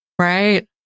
Right